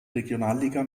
regionalliga